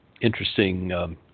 interesting